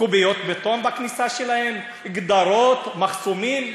קוביות בטון בכניסה שלהם, גדרות, מחסומים.